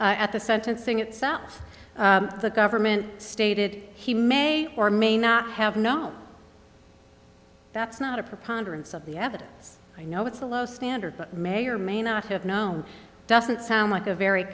also at the sentencing itself the government stated he may or may not have no that's not a preponderance of the evidence i know it's a low standard but may or may not have known doesn't sound like a very